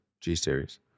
G-Series